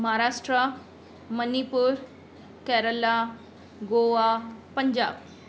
Maharashtra Manipur Kerala Goa Punjab